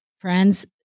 Friends